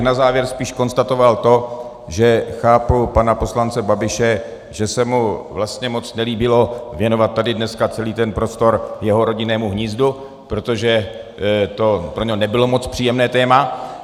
Na závěr bych spíš konstatoval to, že chápu pana poslance Babiše, že se mu vlastně moc nelíbilo věnovat tady dnes celý ten prostor jeho rodinnému hnízdu, protože to pro něho nebylo moc příjemné téma.